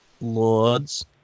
lords